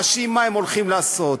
חשים מה הם הולכים לעשות,